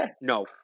No